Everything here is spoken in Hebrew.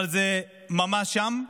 אבל זה ממש שם.